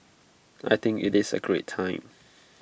I think IT is A great time